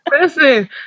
Listen